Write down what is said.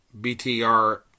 BTR